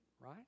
right